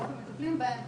איך מטפלים בהם.